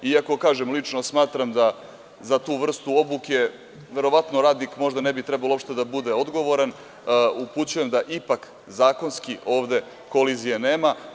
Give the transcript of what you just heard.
Iako lično smatram da za tu vrstu obuke verovatno radnik možda ne bi trebalo uopšte da bude odgovoran, upućujem da ipak zakonski ovde kolizije nema.